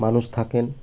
মানুষ থাকেন